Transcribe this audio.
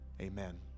amen